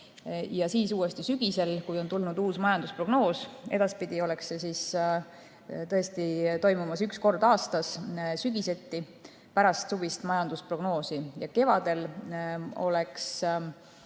ja siis uuesti sügisel, kui on tulnud uus majandusprognoos. Edaspidi toimuks see tõesti üks kord aastas sügisel pärast suvist majandusprognoosi ja kevadel oleks